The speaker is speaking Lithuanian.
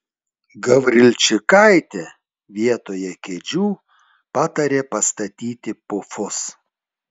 gavrilčikaitė vietoje kėdžių patarė pastatyti pufus